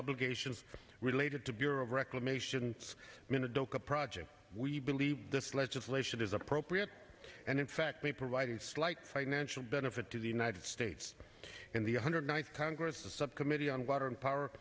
obligations related to bureau of reclamation mina dhaka project we believe this legislation is appropriate and in fact we provided slight financial benefit to the united states in the one hundred ninth congress the subcommittee on water and power